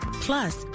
Plus